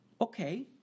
Okay